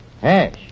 Hash